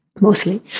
mostly